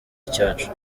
icyacu